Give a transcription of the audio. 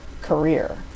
career